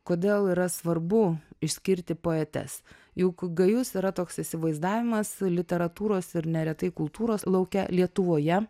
kodėl yra svarbu išskirti poetes juk gajus yra toks įsivaizdavimas literatūros ir neretai kultūros lauke lietuvoje